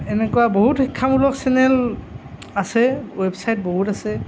এনেকুৱা বহুত শিক্ষামূলক চেনেল আছে ৱেবচাইট বহুত আছে